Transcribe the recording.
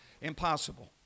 Impossible